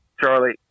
Charlie